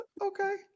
Okay